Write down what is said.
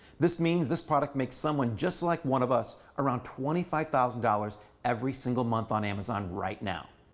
this means this product makes someone just like one of us around twenty five thousand dollars every single month on amazon right now.